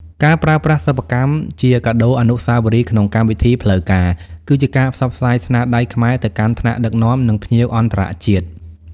ការប្រើប្រាស់សិប្បកម្មជាកាដូអនុស្សាវរីយ៍ក្នុងកម្មវិធីផ្លូវការ គឺជាការផ្សព្វផ្សាយស្នាដៃខ្មែរទៅកាន់ថ្នាក់ដឹកនាំ និងភ្ញៀវអន្តរជាតិ។